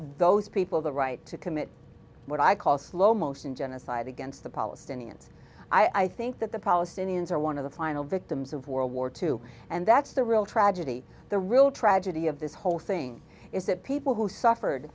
those people the right to commit what i call slow motion genocide against the palestinians i think that the palestinians are one of the final victims of world war two and that's the real tragedy the real tragedy of this whole thing is that people who suffered